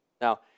Now